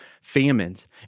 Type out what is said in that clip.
famines